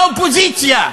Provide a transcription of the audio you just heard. באופוזיציה,